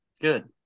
Good